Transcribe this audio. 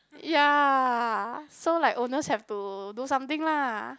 ya so like owners have to do something lah